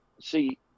See